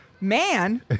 Man